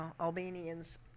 Albanians